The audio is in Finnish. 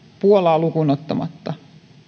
puolaa lukuun ottamatta